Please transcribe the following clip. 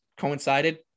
coincided